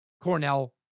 Cornell